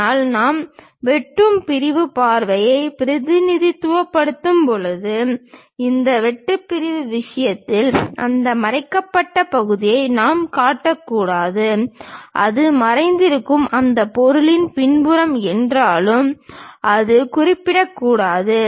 ஆனால் நாம் வெட்டு பிரிவு பார்வையை பிரதிநிதித்துவப்படுத்தும் போது இந்த வெட்டு பிரிவு விஷயத்தில் அந்த மறைக்கப்பட்ட பகுதியை நாம் காட்டக்கூடாது அது மறைந்திருக்கும் அந்த பொருளின் பின்புறம் என்றாலும் அது குறிப்பிடப்படக்கூடாது